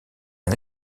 uns